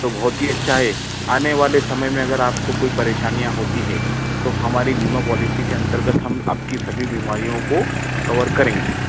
तो बहुत ही अच्छा है आने वाले समय में अगर आपको कोई परेशानियाँ होती है तो हमारी बीमा पॉलिसी के अंतर्गत हम आपकी सभी बीमारियों को कवर करेंगे